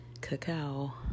cacao